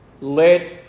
let